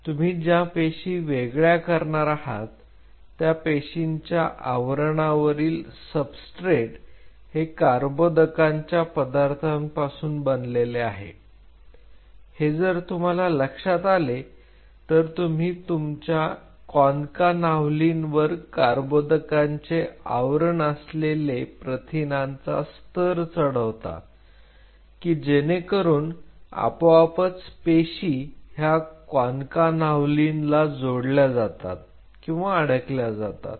तुम्ही ज्या पेशी वेगळ्या करणार आहात त्या पेशींच्या आवरणावरील सबस्ट्रेट हे कर्बोदकांच्या पदार्थांपासून बनलेले आहे हे जर तुम्हाला लक्षात आले तर तुम्ही तुमच्या कॉन्कानाव्हलिनवर कर्बोदकांचे आवरण असलेले प्रथिनांचा स्तर चढवता की जेणेकरून आपोआपच पेशी ह्या कॉन्कानाव्हलिनला जोडल्या जातात किंवा अडकल्या जातात